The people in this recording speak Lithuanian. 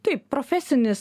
taip profesinis